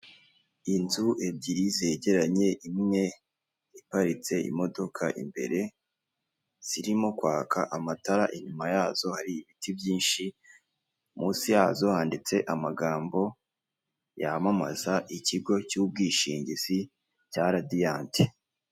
Inzu ebyiri zegeranye; imwe iparitse imodoka imbere, zirimo kwaka amatara, inyuma yazo hari ibiti byinshi, munsi yazo handitse amagambo yamamaza ikigo cy'ubwishingizi cya Radiant.